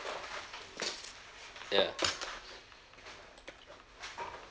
ya